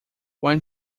when